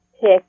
pick